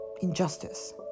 Injustice